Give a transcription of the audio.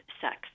sex